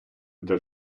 для